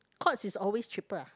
Courts is always cheaper ah